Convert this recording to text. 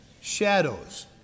shadows